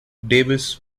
davis